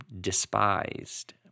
despised